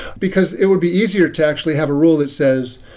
because it would be easier to actually have a rule that says,